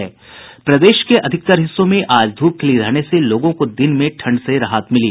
प्रदेश के अधिकांश हिस्सों में आज धूप खिली रहने से लोगों को दिन में ठंड से राहत मिली